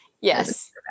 Yes